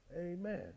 Amen